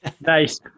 Nice